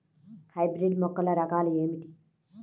Hybrid మొక్కల రకాలు ఏమిటి?